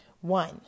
One